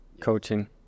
coaching